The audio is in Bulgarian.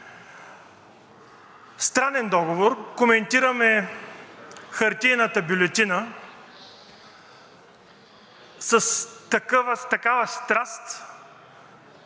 Странен договор. Коментираме хартиената бюлетина с такава страст,